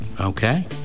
okay